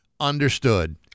Understood